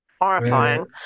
Horrifying